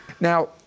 Now